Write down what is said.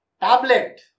tablet